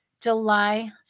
July